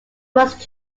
was